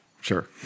Sure